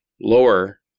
lower